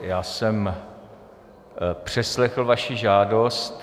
Já jsem přeslechl vaši žádost.